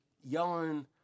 yelling